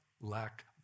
lack